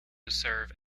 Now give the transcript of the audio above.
serve